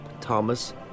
Thomas